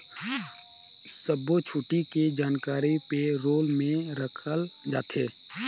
सब्बो छुट्टी के जानकारी पे रोल में रखल जाथे